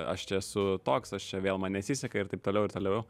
aš esu toks aš čia vėl man nesiseka ir taip toliau ir toliau